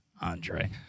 Andre